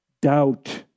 doubt